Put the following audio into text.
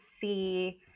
see